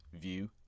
view